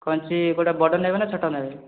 କଇଞ୍ଚି କୋଉଟା ବଡ଼ ନେବେ ନା ଛୋଟ ନେବେ